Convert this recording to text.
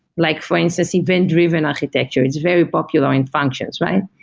like for instance, event-driven architecture. it's very popular in functions, right?